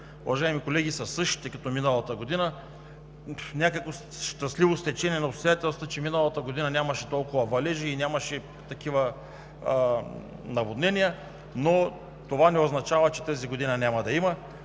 уважаеми колеги, са същите като миналата година. Някакво щастливо стечение на обстоятелствата, че миналата година нямаше толкова валежи и такива наводнения, но това не означава, че тази година няма да има.